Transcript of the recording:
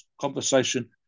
conversation